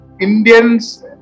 Indians